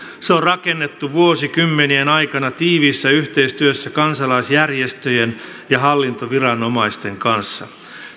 se on rakennettu vuosikymmenien aikana tiiviissä yhteistyössä kansalaisjärjestöjen ja hallintoviranomaisten kanssa